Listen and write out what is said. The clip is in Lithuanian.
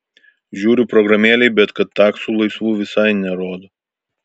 žiūriu programėlėj bet kad taksų visai laisvų nerodo